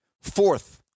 Fourth